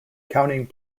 counting